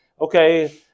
okay